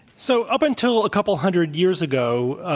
so up until a couple hundred years ago,